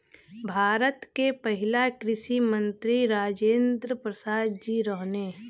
भारत के पहिला कृषि मंत्री राजेंद्र प्रसाद जी रहने